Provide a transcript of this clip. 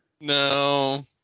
No